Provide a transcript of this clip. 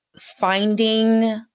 finding